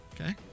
Okay